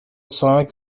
cinq